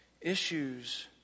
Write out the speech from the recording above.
issues